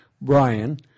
Brian